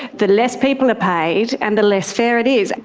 the less people are paid and the less fair it is,